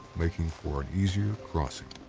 making for an easier crossing.